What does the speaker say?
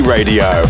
Radio